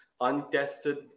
untested